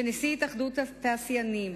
ונשיא התאחדות התעשיינים.